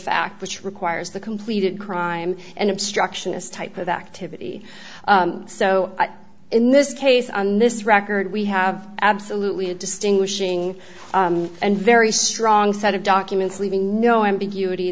fact which requires the completed crime and obstructionist type of activity so in this case on this record we have absolutely a distinguishing and very strong set of documents leaving no ambiguity